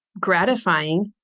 gratifying